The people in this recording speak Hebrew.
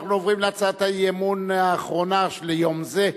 אנחנו עוברים להצעת האי-אמון האחרונה ליום זה,